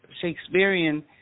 Shakespearean